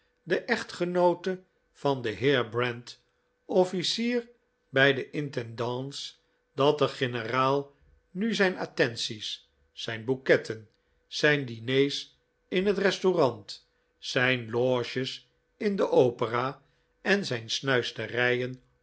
de echtgenoote van den heer brent officier bij de intendance dat de generaal nu zijn attenties zijn bouquetten zijn diners in het restaurant zijn loges in de opera en zijn snuisterijen